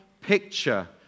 picture